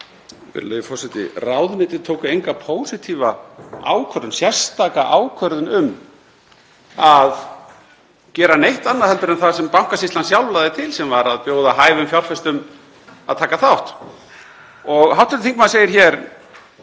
Virðulegi forseti. Ráðuneytið tók enga pósitífa ákvörðun, sérstaka ákvörðun um að gera neitt annað en það sem Bankasýslan sjálf lagði til, sem var að bjóða hæfum fjárfestum að taka þátt. Hv. þingmaður segir hér: